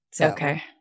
Okay